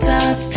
Top